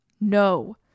No